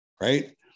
right